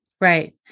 Right